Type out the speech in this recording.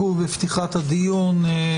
צהריים טובים לכולם,